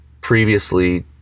Previously